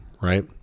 right